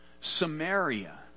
Samaria